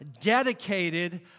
dedicated